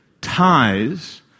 ties